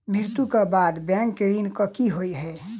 मृत्यु कऽ बाद बैंक ऋण कऽ की होइ है?